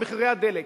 במחירי הדלק,